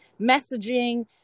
messaging